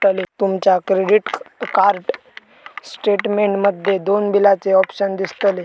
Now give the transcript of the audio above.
तुमच्या credit card statement मध्ये दोन बिलाचे ऑप्शन दिसतले